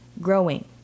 growing